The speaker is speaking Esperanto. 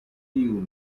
tiu